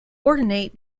ordinate